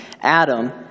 Adam